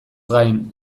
gain